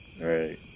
right